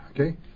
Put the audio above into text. okay